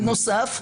בנוסף,